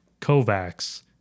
Kovacs